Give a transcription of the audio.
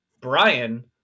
brian